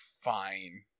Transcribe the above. fine